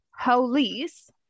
police